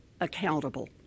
accountable